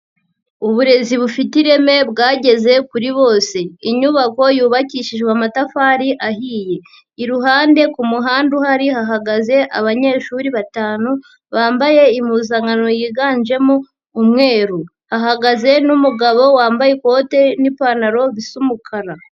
Uburezi bufite ireme bwageze kuri bose, inyubako yubakishijwe amatafari ahiye, iruhande ku muhanda uhari hahagaze abanyeshuri batanu bambaye impuzankano yiganjemo umweru, hahagaze n'umugabo wambaye ikote n'ipantaro bisa umukara.